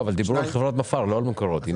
דיברו על חברת מפא"ר, לא על מקורות.